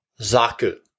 Zaku